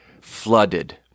flooded